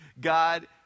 God